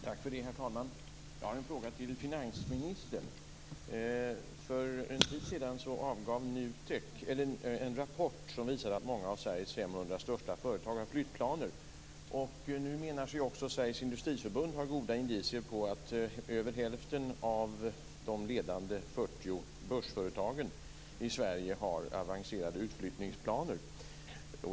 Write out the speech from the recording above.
Herr talman! Jag har en fråga till finansministern. För en tid sedan avgav en NUTEK en rapport som visade att många av Sveriges 500 största företag har flyttplaner. Nu säger sig även Sveriges industriförbund ha goda indicier på att över hälften av de ledande 40 börsföretagen i Sverige har avancerade utflyttningsplaner.